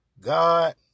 god